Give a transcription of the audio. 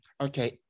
okay